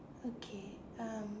okay um